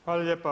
Hvala lijepa.